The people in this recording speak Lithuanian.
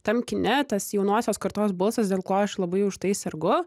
tam kine tas jaunosios kartos balsas dėl ko aš labai už tai sergu